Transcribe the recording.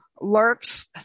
Lurks